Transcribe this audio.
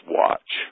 watch